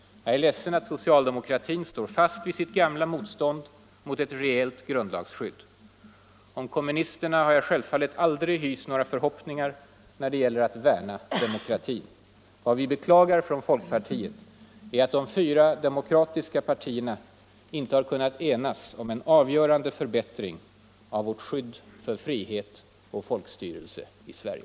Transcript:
Jag är ledsen att socialdemokratin står fast vid sitt gamla motstånd mot ett reellt grundlagsskydd. Om kommunisterna har jag självfallet aldrig hyst några förhoppningar när det gäller att värna demokratin. Vad folkpartiet beklagar är att de fyra demokratiska partierna inte har kunnat enas om en avgörande förbättring av vårt skydd för frihet och folkstyrelse i Sverige.